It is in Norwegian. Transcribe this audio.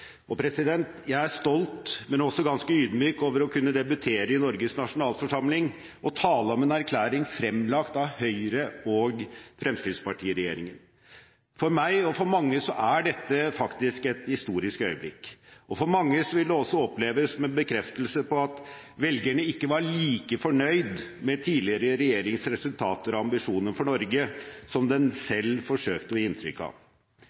Jeg er stolt, men også ganske ydmyk over å kunne debutere i Norges nasjonalforsamling og tale om en erklæring fremlagt av Høyre–Fremskrittsparti-regjeringen. For meg og for mange er dette et historisk øyeblikk. For mange vil det også oppleves som en bekreftelse på at velgerne ikke var like fornøyd med den tidligere regjeringens resultater og ambisjoner for Norge, som den selv forsøkte å gi inntrykk av.